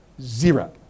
Zero